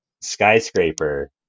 skyscraper